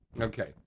Okay